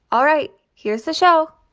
all right. here's the show